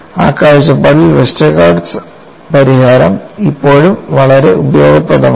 ആ കാഴ്ചപ്പാടിൽ വെസ്റ്റർഗാർഡ് പരിഹാരം ഇപ്പോഴും വളരെ ഉപയോഗപ്രദമാണ്